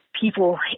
people